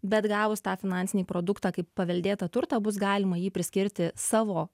bet gavus tą finansinį produktą kaip paveldėtą turtą bus galima jį priskirti savo